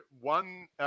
one